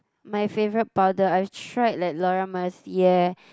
my favorite powder I've tried like Laura-Mercier eh